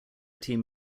team